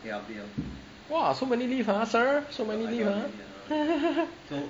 !wah! so many leave ah sir so many leave